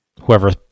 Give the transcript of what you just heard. whoever